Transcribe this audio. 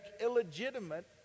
illegitimate